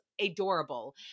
adorable